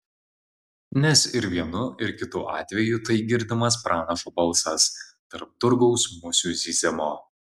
nes ir vienu ir kitu atveju tai girdimas pranašo balsas tarp turgaus musių zyzimo